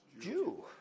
Jew